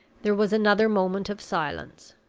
there was another moment of silence.